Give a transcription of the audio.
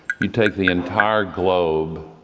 you take the entire globe,